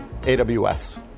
AWS